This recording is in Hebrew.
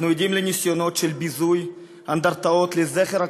אנחנו עדים לניסיונות של ביזוי אנדרטאות לזכר הקורבנות,